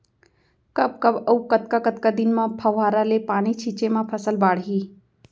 कब कब अऊ कतका कतका दिन म फव्वारा ले पानी छिंचे म फसल बाड़ही?